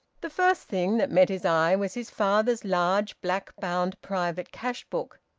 the first thing that met his eye was his father's large, black-bound private cash-book,